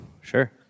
Sure